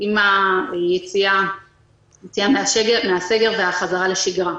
עם היציאה מהסגר והחזרה לשגרה.